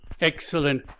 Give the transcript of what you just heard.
excellent